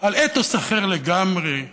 ועל אתוס אחר לגמרי.